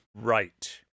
Right